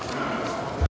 Hvala